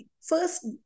first